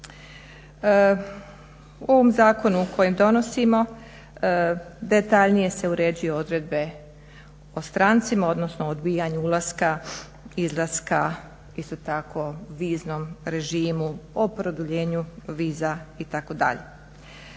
U ovom zakonu koji donosimo detaljnije se uređuju odredbe o strancima, odnosno o odbijanju ulaska, izlaska, isto tako viznom režimu, o produljenju viza itd.